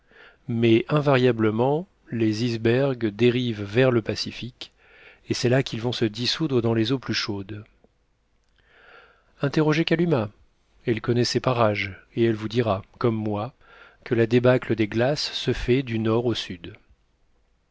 mais invariablement les icebergs dérivent vers le pacifique et c'est là qu'ils vont se dissoudre dans les eaux plus chaudes interrogez kalumah elle connaît ces parages et elle vous dira comme moi que la débâcle des glaces se fait du nord au sud